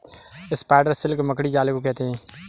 spider silk मकड़ी जाले को कहते हैं